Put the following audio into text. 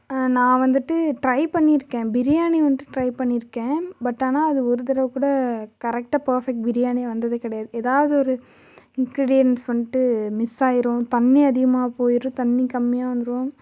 நான் வந்துவிட்டு ட்ரை பண்ணியிருக்கேன் பிரியாணி வந்துட்டு ட்ரை பண்ணியிருக்கேன் பட் ஆனால் அது ஒரு தடவைக்கூட கரெக்டா பெர்ஃபக்ட் பிரியாணி வந்ததே கிடையாது ஏதாவது ஒரு இன்க்ரிடியண்ட்ஸ் வந்துட்டு மிஸ் ஆகிரும் தண்ணி அதிகமாக போய்ரும் தண்ணி கம்மியாக வந்துடும்